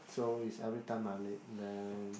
so is every time I late then